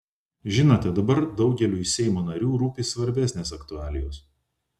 žinote dabar daugeliui seimo narių rūpi svarbesnės aktualijos